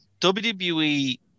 WWE